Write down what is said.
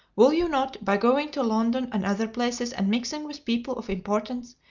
will you not, by going to london and other places, and mixing with people of importance,